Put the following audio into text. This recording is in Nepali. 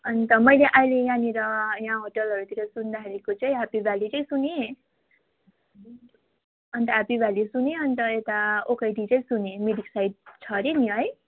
अन्त मैले अहिले यहाँनिर यहाँ होटलहरूतिर सुन्दाखेरिको चाहिँ हेप्पी भ्याली चाहिँ सुनेँ अन्त हेप्पी भ्याली सुनेँ अन्त यता ओकाइटी चाहिँ सुनेँ मिरिक साइड छ अरे नि है